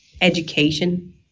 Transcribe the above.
education